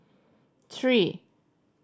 three